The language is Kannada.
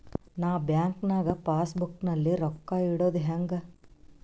ನಾ ಬ್ಯಾಂಕ್ ನಾಗ ಪಾಸ್ ಬುಕ್ ನಲ್ಲಿ ರೊಕ್ಕ ಇಡುದು ಹ್ಯಾಂಗ್?